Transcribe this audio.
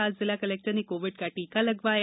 आज जिला कलेक्टर ने कोविड का टीका लगवाया